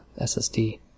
SSD